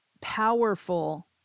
powerful